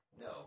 no